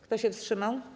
Kto się wstrzymał?